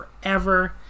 forever